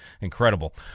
incredible